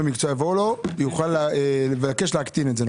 המקצוע יבואו אליו הוא יוכל לבוא לבקש להקטין את זה.